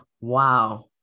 wow